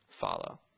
follow